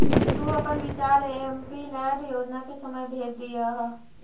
तु अपन विचार एमपीलैड योजना के समय भेज दियह